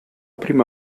prima